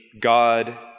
God